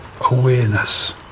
awareness